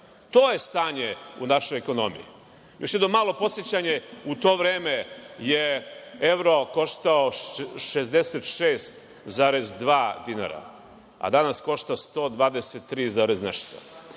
To je stanje u našoj ekonomiji. Još jedno malo podsećanje, u to vreme je evro koštao 66,2 dinara, a danas košta 123